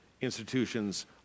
institutions